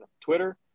twitter